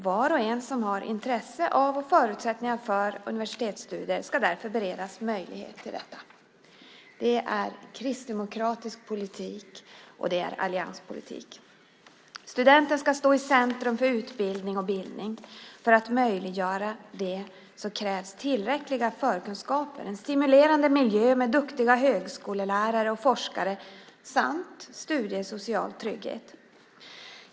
Var och en som har intresse av och förutsättningar för universitetsstudier ska därför beredas möjlighet till det. Det är kristdemokratisk politik, och det är allianspolitik. Studenten ska stå i centrum för utbildning och bildning. För att möjliggöra det krävs tillräckliga förkunskaper, en stimulerande miljö med duktiga högskolelärare och forskare samt studiesocial trygghet.